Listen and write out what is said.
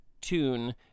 tune